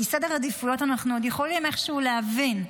כי סדר עדיפויות אנחנו עוד יכולים איכשהו להבין.